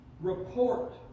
report